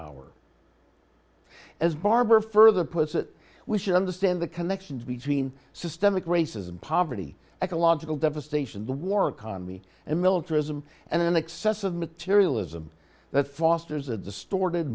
hour as barber further puts it we should understand the connections between systemic racism poverty ecological devastation the war economy and militarism and an excess of materialism that fosters a distorted